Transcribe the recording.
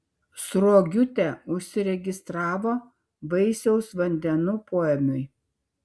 sruogiūtė užsiregistravo vaisiaus vandenų poėmiui